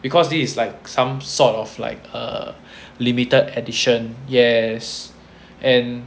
because this is like some sort of like a limited edition yes and